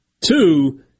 Two